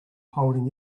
holding